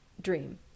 dream